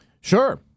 Sure